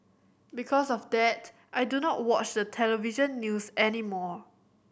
because of that I do not watch the television news any more